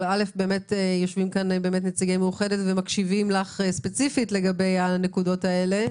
אבל יושבים כאן נציגי מאוחדת ומקשיבים לך ספציפית לגבי הנקודות האלה.